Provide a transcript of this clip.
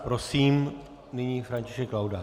Prosím, nyní František Laudát.